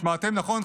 שמעתם נכון,